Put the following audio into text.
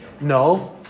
No